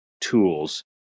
tools